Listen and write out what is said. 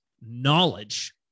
knowledge